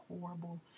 horrible